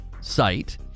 site